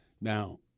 Now